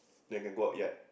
they can go out yet